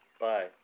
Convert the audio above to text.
bye